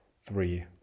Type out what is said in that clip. three